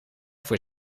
voor